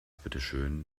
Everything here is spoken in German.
bitteschön